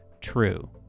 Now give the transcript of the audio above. true